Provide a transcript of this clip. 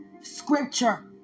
scripture